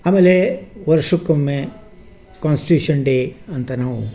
ಆಮೇಲೆ ವರ್ಷಕ್ಕೊಮ್ಮೆ constitution day ಅಂತ ನಾವು